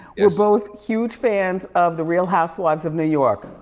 we're both huge fans of the real housewives of new york.